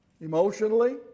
Emotionally